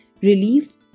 relief